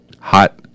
hot